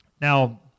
Now